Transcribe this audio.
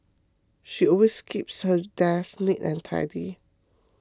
she always keeps her desk neat and tidy